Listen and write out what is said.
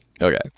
Okay